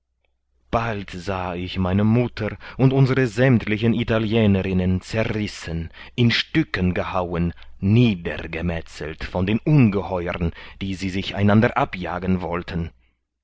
bald sah ich meine mutter und unsere sämmtlichen italienerinnen zerrissen in stücken gehauen niedergemetzelt von den ungeheuern die sie sich einander abjagen wollten